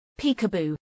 Peekaboo